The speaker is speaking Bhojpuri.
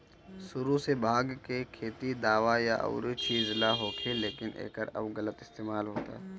सुरु से भाँग के खेती दावा या अउरी चीज ला होखे, लेकिन एकर अब गलत इस्तेमाल होता